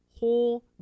Whole